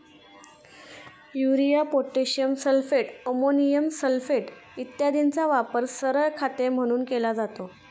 urea, potassium sulphate, ammonium sulphate इत्यादींचा वापर सरळ खते म्हणून केला जातो